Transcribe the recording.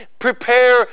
Prepare